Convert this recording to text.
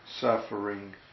suffering